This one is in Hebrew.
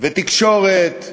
ותקשורת וקולנוע,